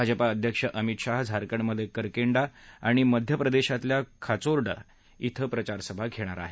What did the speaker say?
भाजपा अध्यक्ष अमित शाह झारखंडमधे करकेंडा आणि मध्यप्रदेशातल्या खाचोर्ड इथं प्रचारसभा घेणार आहेत